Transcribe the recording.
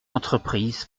entreprises